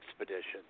Expedition